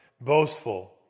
boastful